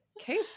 Okay